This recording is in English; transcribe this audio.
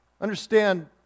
Understand